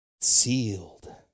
sealed